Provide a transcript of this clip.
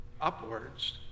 upwards